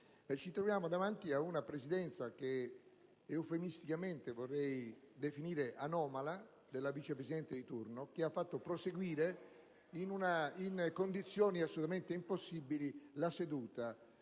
Vi è poi una Presidenza, che eufemisticamente vorrei definire anomala, della Vice Presidente di turno che ha fatto proseguire in condizioni assolutamente impossibili la seduta,